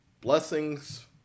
Blessings